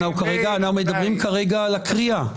אנחנו מדברים כרגע על הקריאה.